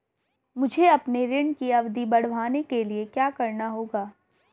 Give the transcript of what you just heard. मुझे अपने ऋण की अवधि बढ़वाने के लिए क्या करना होगा?